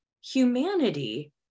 humanity